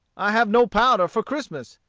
i have no powder for christmas,